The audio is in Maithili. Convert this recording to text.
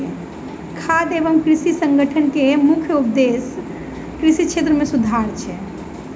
खाद्य एवं कृषि संगठन के मुख्य उदेश्य कृषि क्षेत्र मे सुधार अछि